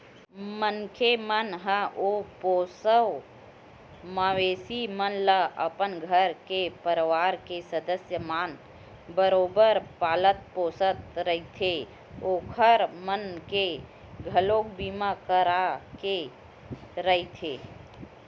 मनखे मन ह ओ पोसवा मवेशी मन ल अपन घर के परवार के सदस्य मन बरोबर पालत पोसत रहिथे ओखर मन के घलोक बीमा करा के रखथे